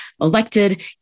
elected